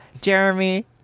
Jeremy